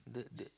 the the